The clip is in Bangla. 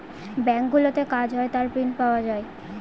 ব্যাঙ্কগুলোতে কাজ হয় তার প্রিন্ট পাওয়া যায়